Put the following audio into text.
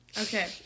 Okay